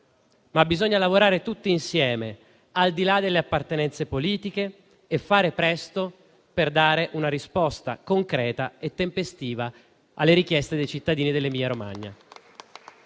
ma bisogna lavorare tutti insieme al di là delle appartenenze politiche e fare presto per dare una risposta concreta e tempestiva alle richieste dei cittadini dell'Emilia-Romagna.